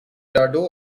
dado